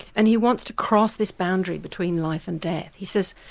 and he wants to cross this boundary between life and death. he says,